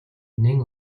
нэн